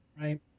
right